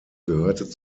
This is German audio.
gehörte